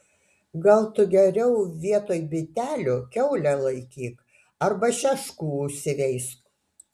gal tu geriau vietoj bitelių kiaulę laikyk arba šeškų užsiveisk